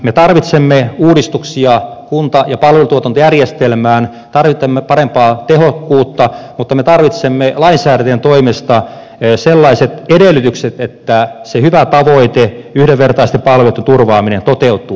me tarvitsemme uudistuksia kunta ja palvelutuotantojärjestelmään tarvitsemme parempaa tehokkuutta mutta me tarvitsemme lainsäätäjien toimesta sellaiset edellytykset että se hyvä tavoite yhdenvertaisten palveluitten turvaaminen toteutuu